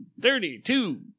thirty-two